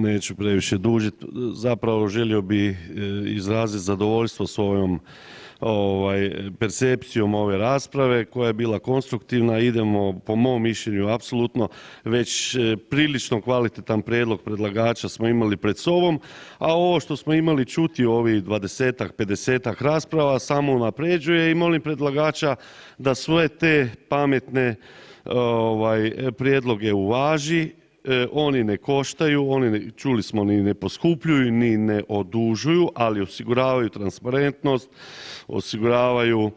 Neću previše dužiti, zapravo, želio bih izraziti zadovoljstvo svojom percepcijom ove rasprave koja je bila konstruktivna, idemo, po mom mišljenju, apsolutno već prilično kvalitetan prijedlog predlagača smo imali pred sobom, a ovo što smo imali čuti u ovih 20-tak, 50-tak rasprava samo unaprjeđuje i molim predlagača da svoje te pametne prijedloge uvaži, oni ne koštaju, oni ne, čuli smo ni ne poskupljuju ni ne odužuju, ali osiguravaju transparentnost, osiguravaju